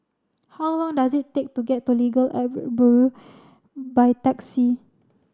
how long does it take to get to Legal Aid Bureau by taxi